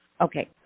Okay